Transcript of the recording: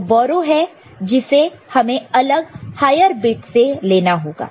तो बोरो है जिसे हमें अगले हायर बिट से लेना होग